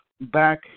back